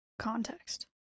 Context